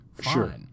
Sure